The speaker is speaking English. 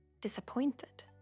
Disappointed